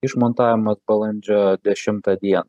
išmontavimas balandžio dešimtą dieną